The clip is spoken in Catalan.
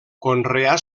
conreà